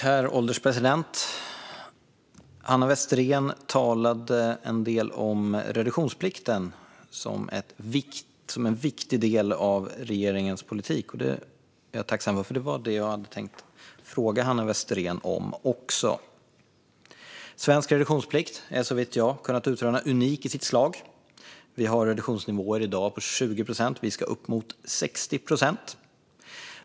Herr ålderspresident! Hanna Westerén talade en del om reduktionsplikten som en viktig del av regeringens politik. Det är jag tacksam för eftersom det var det jag hade tänkt att fråga Hanna Westerén om. Svensk reduktionsplikt är såvitt jag har kunnat utröna unik i sitt slag. Det finns reduktionsnivåer i dag på 20 procent, och vi ska upp mot 60 procent.